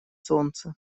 солнце